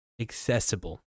accessible